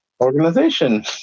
organization